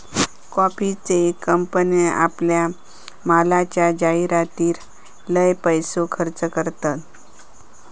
कॉफीचे कंपने आपल्या मालाच्या जाहीरातीर लय पैसो खर्च करतत